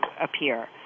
appear